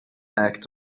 act